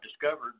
discovered